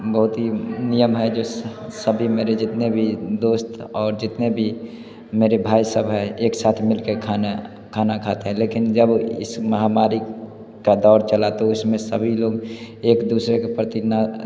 बहुत ही नियम है जो सभी मेरे जितने भी दोस्त और जितने भी मेरे भाई सब है एक साथ मिल के खाना खाना खाते हैं लेकिन जब इस महामारी का दौर चला तो इसमें सभी लोग एक दूसरे के प्रति न